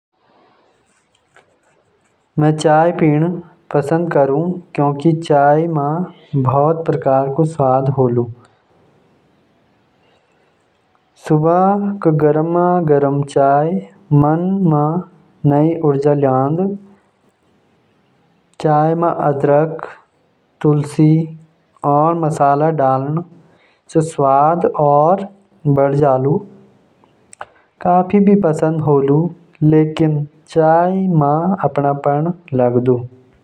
म चाय पीण पसंद करुँ क्युकि चाय म बहुत प्रकार क स्वाद होलु। सुबह क गरमा-गरम चाय मन म नई उर्जा ल्यांदु। चाय म अदरक, तुलसी, और मसाला डालण स स्वाद और बढ़ जालु। कॉफ़ी भी पसंद होलु, लेकिन चाय म अपनापन लागदु।